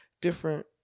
different